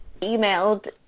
emailed